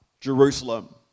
Jerusalem